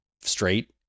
straight